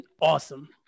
awesome